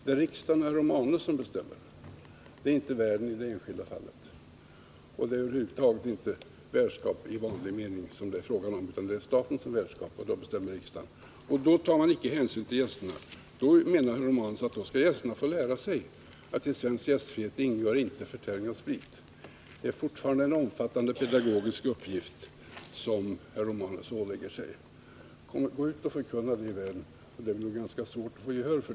Det är riksdagen och herr Romanus som bestämmer. Det är inte värden i det enskilda fallet. Och det är över huvud taget inte värdskapet i vanlig mening som det är fråga om, utan det är statens värdskap, och då bestämmer riksdagen, och då tar man icke hänsyn till gästerna. Herr Romanus menar då att gästerna skall få lära sig att i svensk gästfrihet ingår inte förtäring av sprit. Det är fortfarande en omfattande pedagogisk uppgift som herr Romanus påtar sig. Gå ut och förkunna detta i världen!